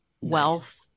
wealth